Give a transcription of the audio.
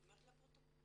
אני אומרת לפרוטוקול.